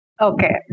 Okay